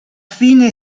fine